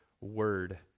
word